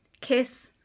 kiss